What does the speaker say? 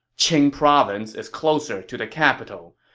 qing province is closer to the capital,